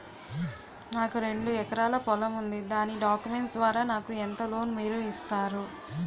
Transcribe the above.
నాకు రెండు ఎకరాల పొలం ఉంది దాని డాక్యుమెంట్స్ ద్వారా నాకు ఎంత లోన్ మీరు ఇస్తారు?